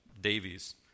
Davies